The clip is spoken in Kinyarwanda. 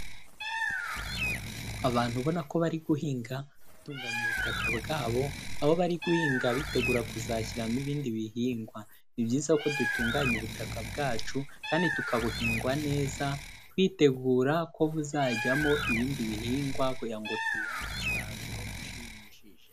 Abantu ubona ko bari guhinga batunganya ubutaka bwabo, aho bari guhinga bitegura kuzashyiramo ibindi bihingwa. Ni byiza ko dutunganya ubutaka bwacu, kandi tukabuhinga neza twitegura ko buzajyamo ibindi bihingwa kugira ngo tubone umusaruro ushimishije.